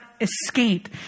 escape